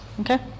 Okay